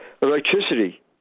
Electricity